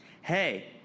Hey